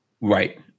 Right